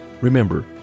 Remember